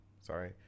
sorry